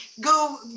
go